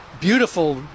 beautiful